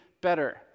better